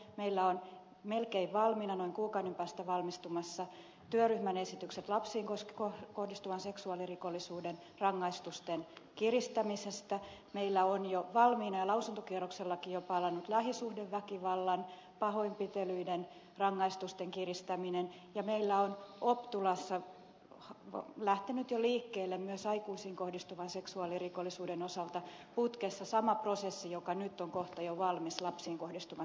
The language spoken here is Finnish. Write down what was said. meillä on melkein valmiina noin kuukauden päästä valmistumassa työryhmän esitykset lapsiin kohdistuvan seksuaalirikollisuuden rangaistusten kiristämisestä meillä on jo valmiina ja lausuntokierrokseltakin palannut lähisuhdeväkivallan pahoinpitelyiden rangaistusten kiristäminen ja meillä on optulassa lähtenyt jo liikkeelle myös aikuisiin kohdistuvan seksuaalirikollisuuden osalta putkessa sama prosessi joka nyt on kohta jo valmis lapsiin kohdistuvan seksuaalirikollisuuden osalta